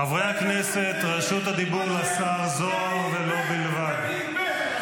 חברי הכנסת, רשות הדיבור לשר זוהר, ולו בלבד.